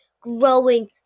growing